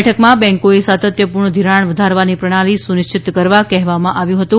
બેઠકમાં બેન્કોએ સાતત્યપૂર્ણ ધિરાણ વધારવાની પ્રણાલી સુનિશ્ચિત કરવા કહેવામાં આવ્યું હતું